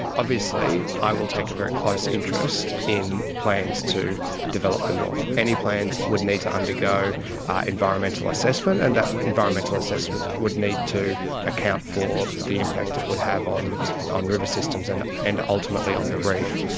obviously i will take a very close interest in plans to develop the north. any plans would need to undergo environmental assessment, and that environmental assessment would need to account for the impact it would have on on river systems, and and ultimately on the reef.